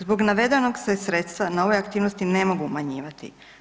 Zbog navedenog se sredstva na ove aktivnosti ne mogu umanjivati.